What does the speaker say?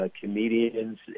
comedians